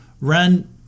run